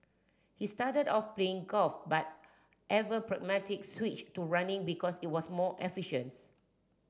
he started off playing golf but ever pragmatic switched to running because it was more efficient